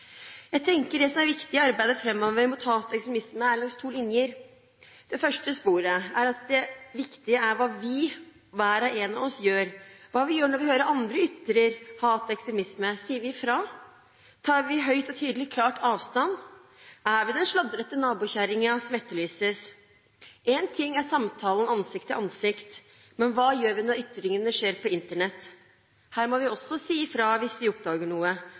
Jeg tenker at det som er viktig framover i arbeidet mot hat og ekstremisme, er langs to linjer. Det første sporet er at det viktige er hva vi, hver og én av oss, gjør, hva vi gjør når vi hører at andre ytrer hat og ekstremisme. Sier vi ifra? Tar vi høyt og tydelig klart avstand? Er vi den sladrete nabokjerringa som etterlyses? Én ting er samtalen ansikt til ansikt, men hva gjør vi når ytringene skjer på Internett? Her må vi også si ifra hvis vi oppdager noe,